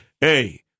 hey